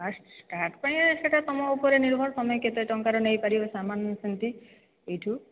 first start ପାଇଁ ସେଟା ତମ ଉପରେ ନିର୍ଭର ତମୟ କେତେ ଟଙ୍କାର ନେଇପାରିବେ ସାମାନ ସେମିତି ଏଇଠୁ